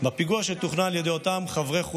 בפיגוע שתוכנן על ידי אותם חברי החוליה,